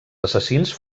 assassins